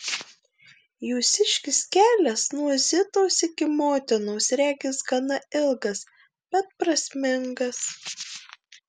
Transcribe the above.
jūsiškis kelias nuo zitos iki motinos regis gana ilgas bet prasmingas